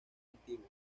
antiguo